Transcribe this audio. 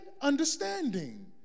understanding